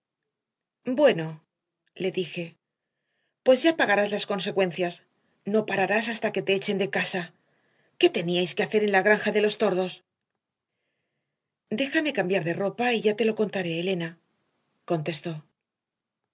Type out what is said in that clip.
bueno le dije pues ya pagarás las consecuencias no pararás hasta que te echen de casa qué teníais que hacer en la granja de los tordos déjame cambiar de ropa y ya te lo contaré elena contestó